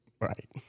Right